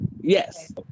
Yes